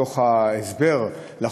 מההסבר לחוק,